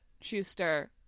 Schuster